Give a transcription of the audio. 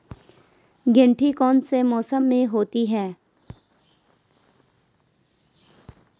गेंठी कौन से मौसम में होती है?